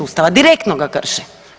Ustava, direktno ga krši.